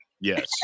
Yes